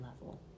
level